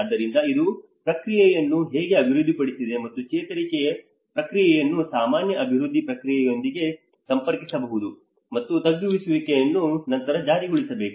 ಆದ್ದರಿಂದ ಇದು ಪ್ರಕ್ರಿಯೆಯನ್ನು ಹೇಗೆ ಅಭಿವೃದ್ಧಿಪಡಿಸಿದೆ ಮತ್ತು ಚೇತರಿಕೆ ಪ್ರಕ್ರಿಯೆಯನ್ನು ಸಾಮಾನ್ಯ ಅಭಿವೃದ್ಧಿ ಪ್ರಕ್ರಿಯೆಯೊಂದಿಗೆ ಸಂಪರ್ಕಿಸಬೇಕು ಮತ್ತು ತಗ್ಗಿಸುವಿಕೆಯನ್ನು ನಂತರ ಜಾರಿಗೊಳಿಸಬೇಕು